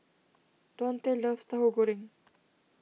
Dontae loves Tauhu Goreng